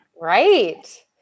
right